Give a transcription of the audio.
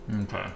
Okay